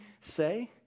say